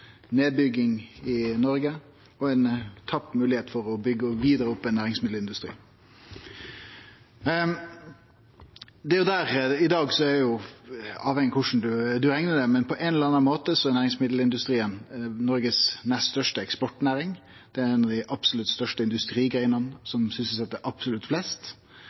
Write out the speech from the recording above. nedbygging i Noreg og ei tapt mogelegheit for å byggje vidare opp ein næringsmiddelindustri. Det er litt avhengig av korleis ein reknar det, men på ein eller annan måte er næringsmiddelindustrien Noregs nest største eksportnæring. Det er ei av dei absolutt største industrigreinene, som sysselset absolutt flest.